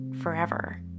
forever